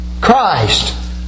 Christ